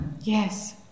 Yes